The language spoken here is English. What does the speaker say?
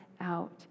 out